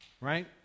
Right